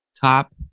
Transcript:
top